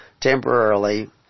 temporarily